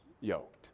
yoked